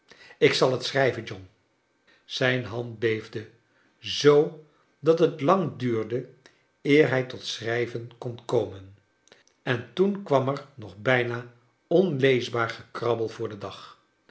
ik zal hot schrijven john zijn hand beefde zoo dat het lang duurde eer hij tot schrijven kon komen en toen kwam er nog bijna onleesbaar gekrabbel voor den dag